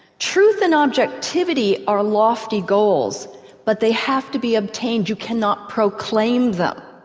truth and objectivity are lofty goals but they have to be obtained, you cannot proclaim them.